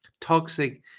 toxic